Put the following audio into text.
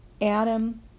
Adam